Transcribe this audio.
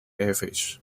averages